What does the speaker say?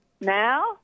now